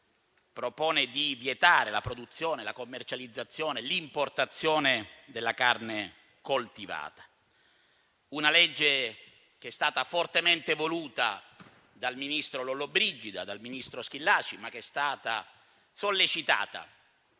propone di vietare la produzione, la commercializzazione e l'importazione della carne coltivata. Si tratta di una legge che è stata fortemente voluta dai ministri Lollobrigida e Schillaci, ma che è stata anche sollecitata